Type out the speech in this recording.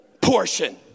portion